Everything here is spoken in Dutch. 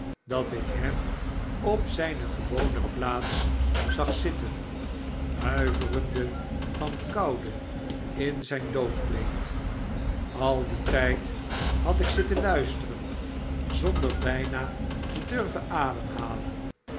dat ik hem op zijne gewone plaats zag zitten huiverend van koude in zijn doodkleed al dien tijd had ik zitten luisteren zonder bijna te durven ademhalen